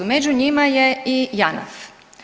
Među njima je i JANAF.